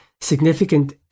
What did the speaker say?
significant